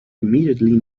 immediately